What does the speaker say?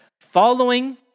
Following